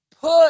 Put